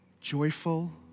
joyful